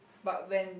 but when